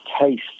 taste